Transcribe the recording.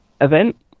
event